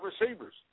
receivers